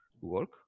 work